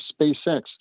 SpaceX